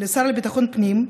לשר לביטחון פנים,